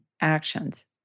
actions